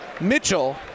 Mitchell